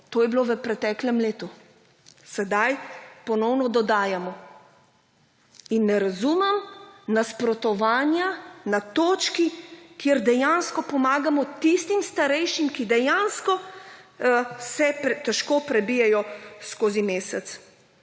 To je bilo v preteklem letu. Sedaj ponovno dodajamo. In ne razumem nasprotovanja na točki, kjer dejansko pomagamo tistim starejšim, ki dejansko se težko prebijejo skozi mesec.